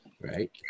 Right